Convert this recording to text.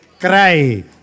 Cry